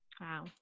Wow